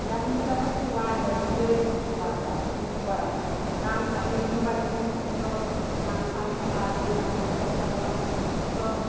ইয়াক মুঠতে অকল খোৱাহে বুলিয়ে কোৱা হয় আৰু ভোগ কৰা কাৰণ কাতি বিহুৰ পৰা সেইবোৰ চব ধান চান চপাই কৰি মানুহে চবফালৰ পা চব